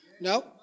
No